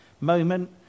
moment